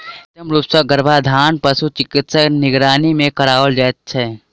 कृत्रिम रूप सॅ गर्भाधान पशु चिकित्सकक निगरानी मे कराओल जाइत छै